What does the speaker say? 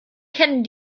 kennen